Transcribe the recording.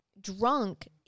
drunk